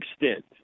extent